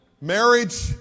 marriage